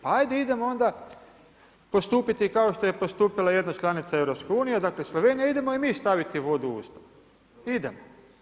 Pa ajde idemo onda postupati kao što je postupila jedna članica EU, dakle Slovenija idemo i mi staviti vodu u Ustav, idemo.